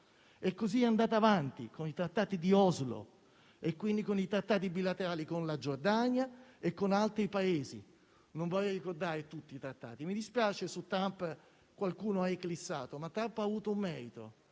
Così è andata avanti con i trattati di Oslo e quindi con i trattati bilaterali con la Giordania e con altri Paesi. Non vorrei ricordare tutti i trattati. Mi dispiace che su Trump qualcuno abbia glissato, perché Trump ha avuto un merito: